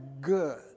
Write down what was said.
good